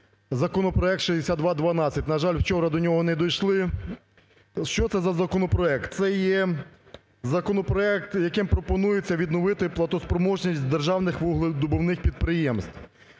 законопроект 6212. На жаль, вчора до нього не дійшли. Що це за законопроект? Це є законопроект, яким пропонується відновити платоспроможність державних вугледобувних підприємств.